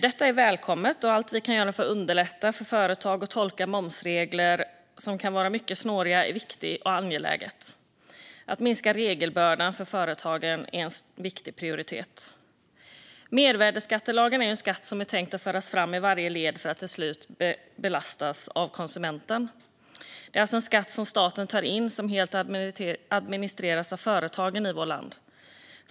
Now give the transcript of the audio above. Detta är välkommet då allt vi kan göra för att underlätta för företag att tolka momsregler, som kan vara mycket snåriga, är viktigt och angeläget. Att minska regelbördan för företagen är prioriterat. Mervärdesskattelagen är en skatt som är tänkt att föras fram i varje led för att till slut betalas av konsumenten. Det är alltså en skatt som staten tar in och som helt administreras av företagen i vårt land.